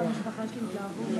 אני עכשיו למדתי,